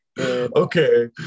Okay